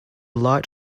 light